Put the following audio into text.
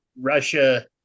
Russia